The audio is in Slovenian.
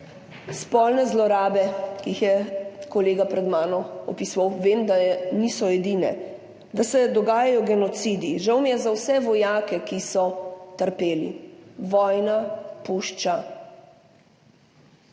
spolne zlorabe, ki jih je kolega pred mano opisoval. Vem, da niso edine, da se dogajajo genocidi. Žal mi je za vse vojake, ki so trpeli. Vojna pušča